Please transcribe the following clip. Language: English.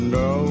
no